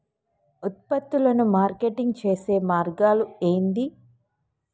ఉత్పత్తులను మార్కెటింగ్ చేసే మార్గాలు ఏంది?